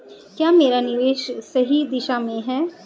क्या मेरा निवेश सही दिशा में है?